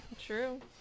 True